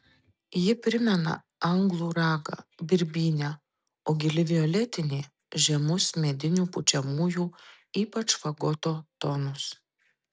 ji primena anglų ragą birbynę o gili violetinė žemus medinių pučiamųjų ypač fagoto tonus